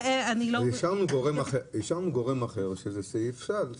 אישרנו גורם אחר שזה סעיף סל.